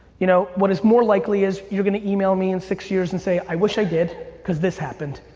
you know what is more likely is you're gonna email me in six years and say, i wish i did cause this happened,